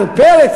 עמיר פרץ,